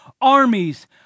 armies